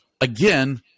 again